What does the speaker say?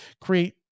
create